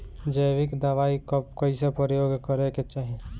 जैविक दवाई कब कैसे प्रयोग करे के चाही?